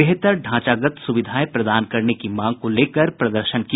बेहतर ढांचागत सुविधाएं प्रदान करने की मांग को लेकर प्रदर्शन किया